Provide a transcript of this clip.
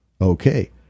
Okay